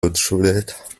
воодушевляет